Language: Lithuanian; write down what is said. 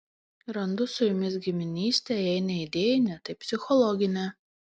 randu su jumis giminystę jei ne idėjinę tai psichologinę